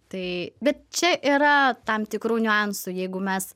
tai bet čia yra tam tikrų niuansų jeigu mes